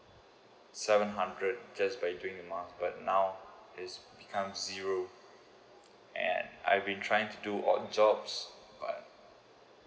seven hundred just by doing a month but now is become zero and I've been trying to do all jobs but